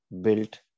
built